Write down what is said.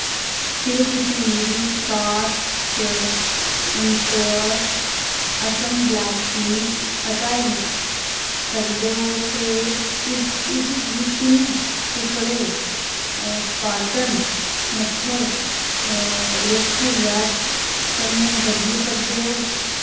केह् तुस मेरी कार्ट च एम्पयोर असम ब्लैक टी गी हटाई सकदे ओ ते इसगी तिन्न टुकड़े स्पार्टन मच्छर रोकू वैट कन्नै बदली सकदे ओ